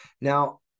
Now